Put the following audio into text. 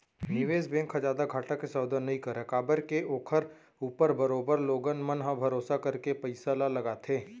निवेस बेंक ह जादा घाटा के सौदा नई करय काबर के ओखर ऊपर बरोबर लोगन मन ह भरोसा करके पइसा ल लगाथे